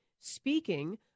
speaking